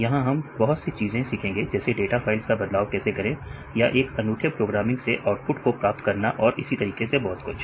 यहां हम बहुत सी चीजें सीखेंगे जैसे डाटा फाइल्स का बदलाव कैसे करें या एक अनूठे प्रोग्रामिंग से आउटपुट को प्राप्त करना और इसी तरह बहुत कुछ